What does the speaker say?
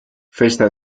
festa